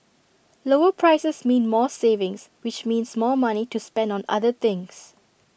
lower prices mean more savings which means more money to spend on other things